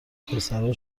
پسرها